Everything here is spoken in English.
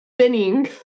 spinning